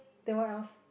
then what else